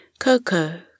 Coco